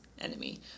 enemy